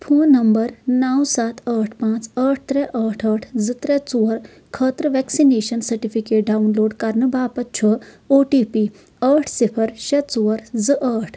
phone number نَو سَتھ ٲٹھ پانٛژھ ٲٹھ ترٛےٚ ٲٹھ ٲٹھ زٕ ترٛےٚ ژور خٲطرٕ ویکسِنیشن سرٹِفکیٹ ڈاوُن لوڈ کرنہٕ باپتھ چھُ او ٹی پی ٲٹھ صِفَر شےٚ ژور زٕ ٲٹھ